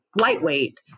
lightweight